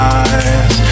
eyes